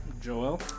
Joel